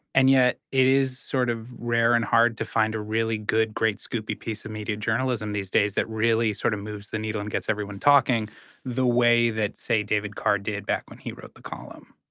and yet, it is sort of rare and hard to find a really good, great scoop-y piece of media journalism these days that really sort of moves the needle and gets everyone talking the way that, say, david carr did back when he wrote the column.